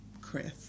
Chris